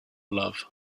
love